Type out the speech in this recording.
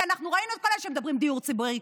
כי אנחנו ראינו את כל אלה שמדברים "דיור ציבורי",